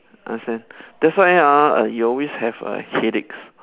understand that's why ah you always have a headaches